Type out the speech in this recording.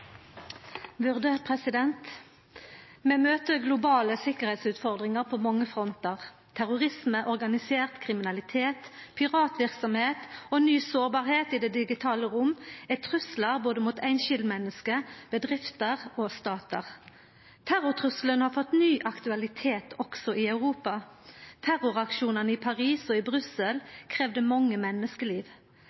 møter globale sikkerheitsutfordringar på mange frontar. Terrorisme, organisert kriminalitet, piratverksemd og ny sårbarheit i det digitale rom er truslar både mot einskildmenneske, bedrifter og statar. Terrortrusselen har fått ny aktualitet også i Europa. Terroraksjonane i Paris og i Brussel kravde mange menneskeliv,